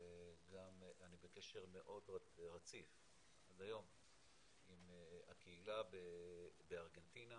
וגם אני בקשר רציף עד היום עם הקהילה בארגנטינה,